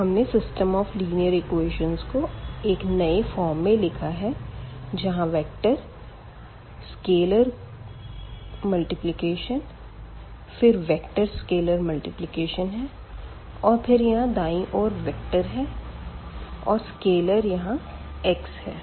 तो हमने system of linear equation को एक नए फॉर्म में लिखा है जहाँ वेक्टर स्केलर मल्टीप्लिकेशन फिर वेवेक्टर स्केलर मल्टीप्लिकेशन है और फिर यहाँ दायीं ओर वेक्टर है और स्केलर यहाँ x है